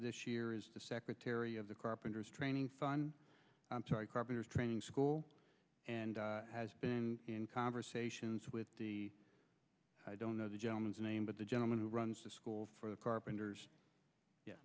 this year is the secretary of the carpenters training fun carpenters training school and has been in conversations with i don't know the gentleman's name but the gentleman who runs the school for the carpenters